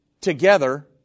together